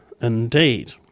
indeed